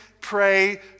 pray